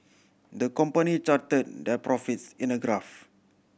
the company charted their profits in a graph